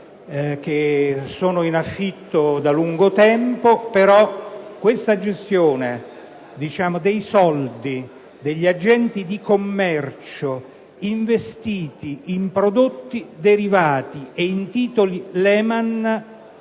che sono in affitto da lungo tempo. La gestione dei soldi degli agenti di commercio, investiti in prodotti derivati e in titoli Lehman,